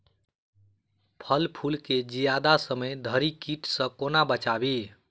फल फुल केँ जियादा समय धरि कीट सऽ कोना बचाबी?